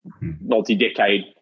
multi-decade